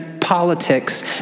politics